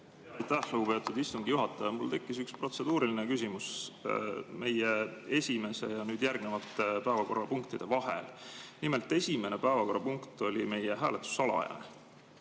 lugupeetud istungi juhataja! Mul tekkis üks protseduuriline küsimus meie esimese ja järgmiste päevakorrapunktide vahel. Nimelt, esimese päevakorrapunkti puhul oli meie hääletus salajane,